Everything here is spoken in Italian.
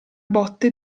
botte